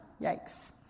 Yikes